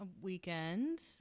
weekend